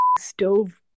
stove